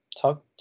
talk